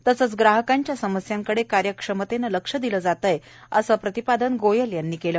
तसंच ग्राहकांच्या समस्यांकडे कार्यक्षमतेने लक्ष दिलं जात आहे असं प्रतिपादन गोयल यांनी केलं